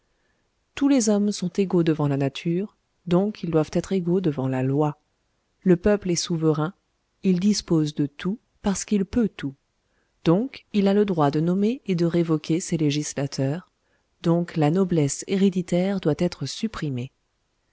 tous les hommes sont égaux devant la nature donc ils doivent être égaux devant la loi le peuple est souverain il dispose de tout parce qu'il peut tout donc il a le droit de nommer et de révoquer ses législateurs donc la noblesse héréditaire doit être supprimée